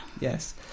yes